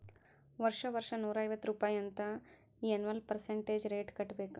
ವರ್ಷಾ ವರ್ಷಾ ನೂರಾ ಐವತ್ತ್ ರುಪಾಯಿ ಅಂತ್ ಎನ್ವಲ್ ಪರ್ಸಂಟೇಜ್ ರೇಟ್ ಕಟ್ಟಬೇಕ್